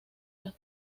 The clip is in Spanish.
las